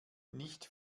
nicht